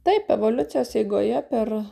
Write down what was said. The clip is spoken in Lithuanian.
taip evoliucijos eigoje per